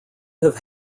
have